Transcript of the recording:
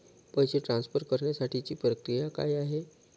पैसे ट्रान्सफर करण्यासाठीची प्रक्रिया काय आहे?